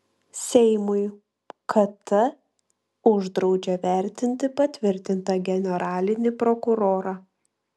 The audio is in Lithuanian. seimui kt uždraudžia vertinti patvirtintą generalinį prokurorą